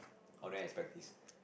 I will never expect this